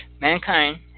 Mankind